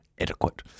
Adequate